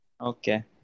Okay